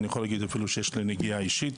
אני יכול להגיד אפילו שיש לי נגיעה אישית.